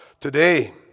today